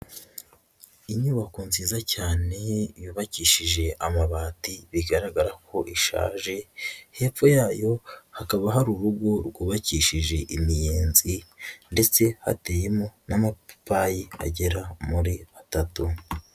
Inyubako nziza cyane, yubakishije amabati bigaragara ko ishaje, hepfo yayo hakaba hari urugo rwubakishije imiyenzi, ndetse hateyemo n'amapapayi, agera muri atatu.